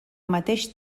mateix